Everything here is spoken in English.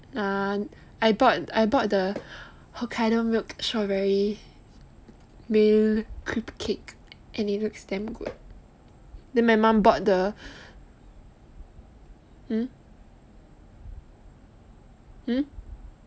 uh I I bought the Hokkaido milk strawberry mille cream cake and it looks damn good then my mom bought the hmm hmm